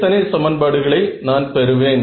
எத்தனை சமன்பாடுகளை நான் பெறுவேன்